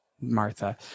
Martha